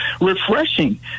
refreshing